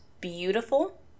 beautiful